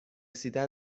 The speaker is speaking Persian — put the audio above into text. نتیجه